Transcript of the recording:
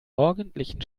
morgendlichen